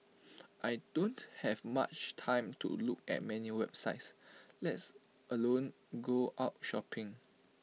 I don't have much time to look at many websites lets alone go out shopping